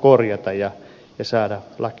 korjataan ja saadaan laki toimivaksi